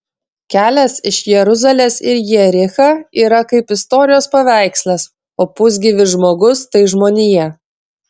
kelias iš jeruzalės į jerichą yra kaip istorijos paveikslas o pusgyvis žmogus tai žmonija